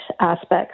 aspects